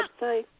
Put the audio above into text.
website